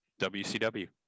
WCW